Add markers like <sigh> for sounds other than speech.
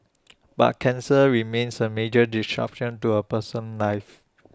<noise> but cancer remains A major disruption to A person's life